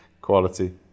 Quality